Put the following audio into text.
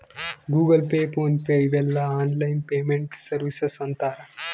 Google pay PhonePe ಇವೆಲ್ಲ online payment services ಅಂತರ್